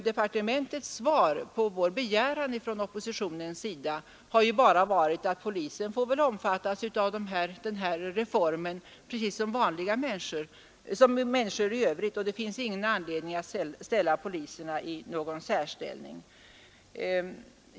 Departementets svar på vår begäran har bara varit att polisen väl får omfattas av reformen precis som människor i övrigt och att det inte finns anledning att ställa poliserna i någon särställning.